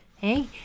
Hey